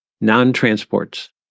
non-transports